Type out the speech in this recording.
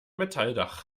metalldach